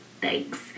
thanks